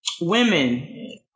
women